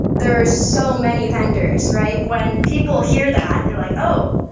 there's so many vendor, right? when people hear that, they're like, oh!